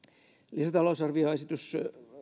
lisätalousarvioesitys